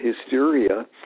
hysteria